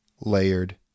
Layered